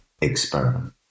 experiment